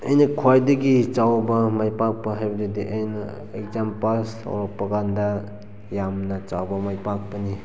ꯑꯩꯅ ꯈ꯭ꯋꯥꯏꯗꯒꯤ ꯆꯥꯎꯕ ꯃꯥꯏ ꯄꯥꯛꯄ ꯍꯥꯏꯕꯗꯨꯗꯤ ꯑꯩꯅ ꯑꯦꯛꯖꯥꯝ ꯄꯥꯁ ꯇꯧꯔꯛꯄ ꯀꯥꯟꯗ ꯌꯥꯝꯅ ꯆꯥꯎꯕ ꯃꯥꯏ ꯄꯥꯛꯄꯅꯤ